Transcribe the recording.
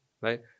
right